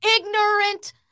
ignorant